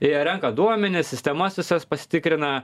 jie renka duomenis sistemas visas pasitikrina